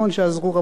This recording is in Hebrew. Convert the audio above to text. שעזרו מאוד,